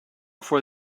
for